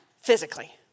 physically